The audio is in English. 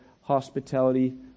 hospitality